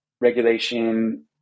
regulation